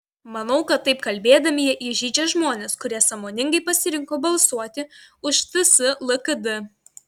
manau kad taip kalbėdami jie įžeidžia žmones kurie sąmoningai pasirinko balsuoti už ts lkd